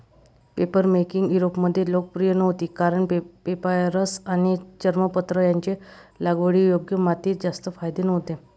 papermaking युरोपमध्ये लोकप्रिय नव्हती कारण पेपायरस आणि चर्मपत्र यांचे लागवडीयोग्य मातीत जास्त फायदे नव्हते